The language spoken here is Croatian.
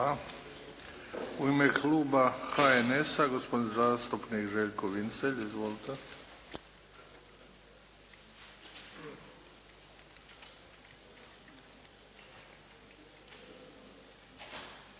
zastupnika HNS-a gospodin zastupnik Željko Vincelj. Izvolite.